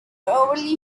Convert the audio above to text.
overly